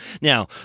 Now